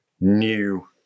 new